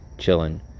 chilling